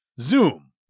Zoom